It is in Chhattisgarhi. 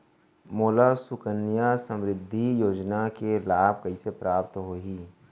मोला सुकन्या समृद्धि योजना के लाभ कइसे प्राप्त होही?